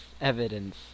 evidence